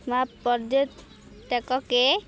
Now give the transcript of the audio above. ମା' ପର୍ଯ୍ୟଟକକେ